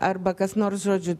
arba kas nors žodžiu